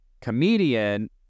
comedian